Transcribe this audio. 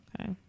Okay